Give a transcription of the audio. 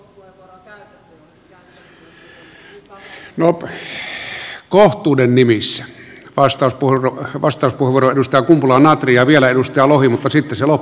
no kohtuuden nimissä vastauspuheenvuoro edustaja kumpula natri ja vielä edustaja lohi mutta sitten se loppuu